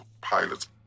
pilots